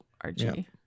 Archie